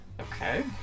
Okay